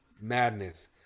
Madness